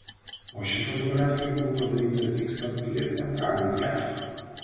o ši fotografija buvo padaryta vykstant pilietiniam karui jav